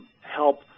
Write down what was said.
help